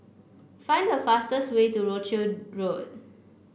find the fastest way to Rochdale Road